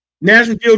National